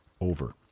Over